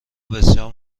بسیار